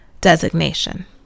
designation